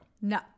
No